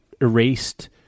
erased